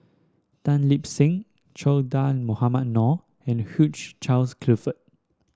Tan Lip Seng Che Dah Mohamed Noor and Hugh Charles Clifford